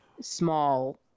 small